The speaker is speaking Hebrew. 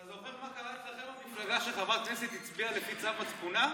אתה זוכר מה קרה אצלכם במפלגה כשחברת כנסת הצביעה לפי צו מצפונה?